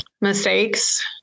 mistakes